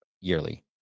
yearly